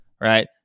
right